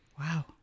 Wow